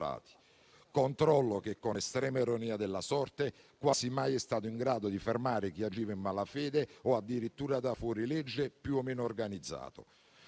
controllo che, con estrema ironia della sorte, quasi mai è stato in grado di fermare chi agiva in malafede o addirittura da fuorilegge più o meno organizzato.